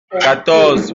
quatorze